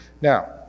Now